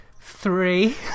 three